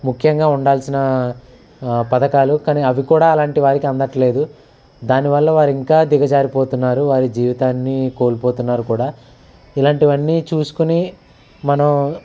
ముఖ్యంగా ఉండాల్సిన పథకాలు కానీ అవి కూడా అలాంటి వారికి అందట్లేదు దాని వల్ల వారు ఇంకా దిగజారిపోతున్నారు వారి జీవితాన్ని కోల్పోతున్నారు కూడా ఇలాంటివన్నీ చూసుకుని మనం